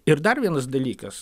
ir dar vienas dalykas